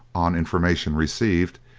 on information received,